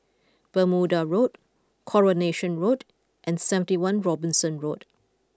Bermuda Road Coronation Road and seventy one Robinson Road